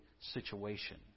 situation